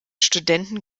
studenten